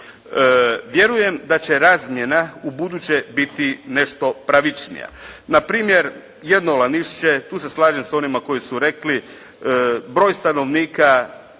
Vjerujem da će razmjena ubuduće biti nešto pravičnija. Na primjer jedno Lanišće, tu se slažem sa onima koji su rekli, broj stanovnika